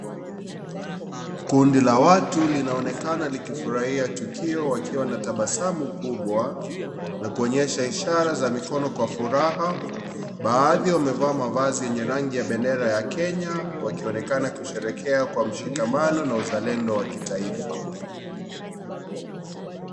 Kundi la watu linaonekana likifurahia tukio wakiwa na tabasamu kubwa na kuonyesha ishara za mkono kwa furaha, baadhi wamevaa mavazi yenye rangi ya bendera ya Kenya wakionekana kusheherekea kwa mshikamano na uzalendo wa kitaifa.